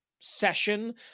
session